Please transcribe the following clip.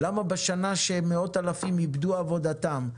למה בשנה שמאות אלפים איבדו את עבודתם?